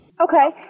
Okay